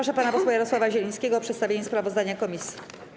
Proszę pana posła Jarosława Zielińskiego o przedstawienie sprawozdania komisji.